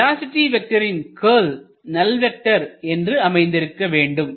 velocity வெக்டரின் க்கல் நல் வெக்டர் என்று அமைந்திருக்கவேண்டும்